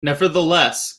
nevertheless